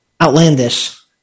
outlandish